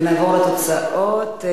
ונעבור לתוצאות: